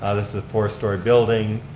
ah this is a four-story building,